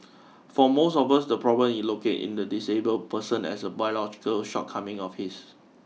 for most of us the problem is located in the disabled person as a biological shortcoming of his